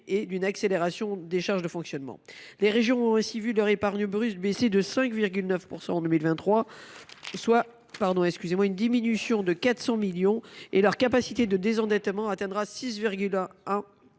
et d’une accélération des charges de fonctionnement ». Les régions ont ainsi vu leur épargne brute baisser de 5,9 % en 2023, ce qui représente une diminution de 400 millions d’euros, et leur capacité de désendettement atteindre 6,1